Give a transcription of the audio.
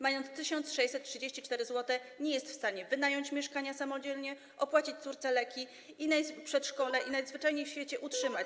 Mając 1634 zł, nie jest w stanie wynająć mieszkania samodzielnie, opłacić córce leków, przedszkola i najzwyczajniej w świecie się utrzymać.